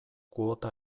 kuota